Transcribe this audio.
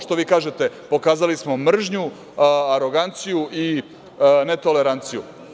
Što vi kažete, pokazali smo mržnju, aroganciju i netoleranciju.